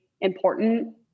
important